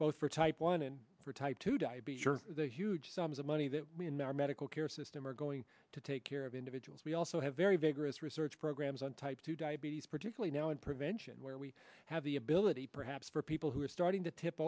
both for type one and for type two diabetes or the huge sums of money that our medical care system are going to take care of individuals we also have very vigorous research programs on type two diabetes particularly now and prevention where we have the ability perhaps for people who are starting to tip